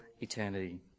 eternity